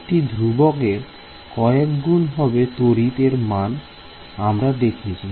একটি ধ্রুবকের কয়েক গুণ হবে তড়িৎ এর মান আমরা দেখেছি